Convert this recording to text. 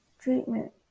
treatment